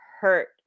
hurt